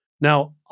Now